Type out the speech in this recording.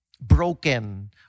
broken